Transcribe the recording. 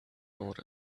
order